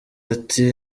ati